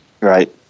Right